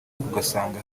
ugasanga